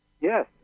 Yes